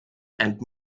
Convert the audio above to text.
and